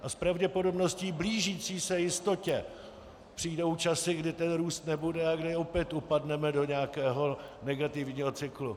A s pravděpodobností blížící se jistotě přijdou časy, kdy ten růst nebude a kdy opět upadneme do nějakého negativního cyklu.